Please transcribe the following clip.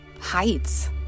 heights